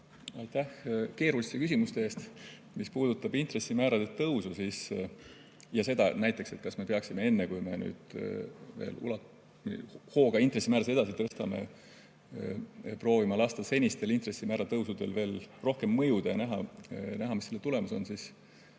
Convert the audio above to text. Aitäh keeruliste küsimuste eest! Mis puudutab intressimäärade tõusu ja näiteks seda, kas me peaksime enne, kui me nüüd hooga intressimäärasid edasi tõstame, proovima lasta senistel intressimäära tõusudel veel rohkem mõjuda, et näha, mis selle tulemus on, siis